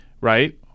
right